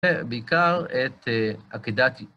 בעיקר את עקידת...